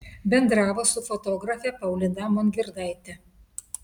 bendravo su fotografe paulina mongirdaite